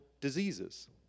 diseases